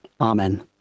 Amen